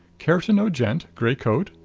care to know gent, gray coat?